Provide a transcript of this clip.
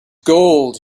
gold